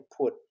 put